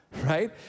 right